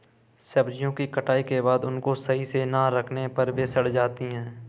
सब्जियों की कटाई के बाद उनको सही से ना रखने पर वे सड़ जाती हैं